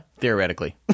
Theoretically